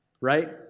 right